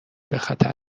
بخطر